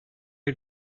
you